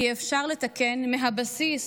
כי אפשר לתקן מהבסיס